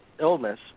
illness